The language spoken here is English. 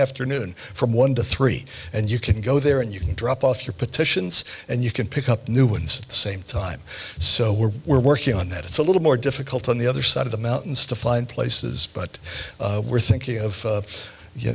afternoon from one to three and you can go there and you can drop off your petitions and you can pick up new ones same time so we're working on that it's a little more difficult on the other side of the mountains to find places but we're thinking of